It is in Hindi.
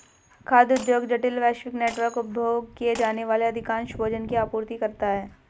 खाद्य उद्योग जटिल, वैश्विक नेटवर्क, उपभोग किए जाने वाले अधिकांश भोजन की आपूर्ति करता है